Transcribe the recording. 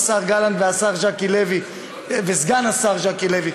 השר גלנט וסגן השר ז'קי לוי,